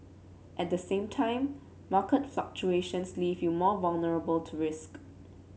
at the same time market fluctuations leave you more vulnerable to risk